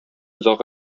озак